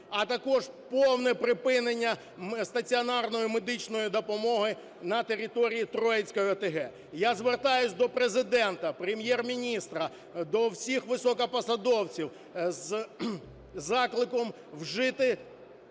а також повне припинення стаціонарної медичної допомоги на території Троїцької ОТГ. Я звертаюся до Президента, Прем'єр-міністра, до всіх високопосадовців з закликом вжити,